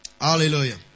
Hallelujah